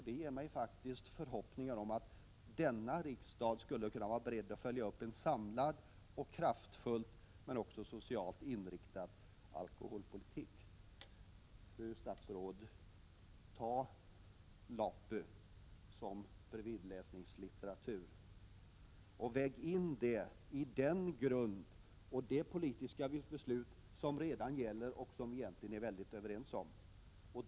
Det ger förhoppningar om att riksdagen skulle vara beredd att följa upp en samlad och kraftfull men också socialt inriktad alkoholpolitik. Fru statsråd! Ta LAPU som bredvidläsning, och väg in den tillsammans med det politiska beslut som redan gäller och som vi egentligen är överens om!